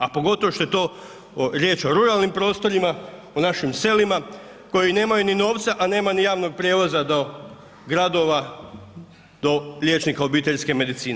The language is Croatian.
A pogotovo što je to riječ o ruralnim prostorima, o našim selima koji nemaju ni novca a nema ni javnog prijevoza do gradova, do liječnika obiteljske medicine.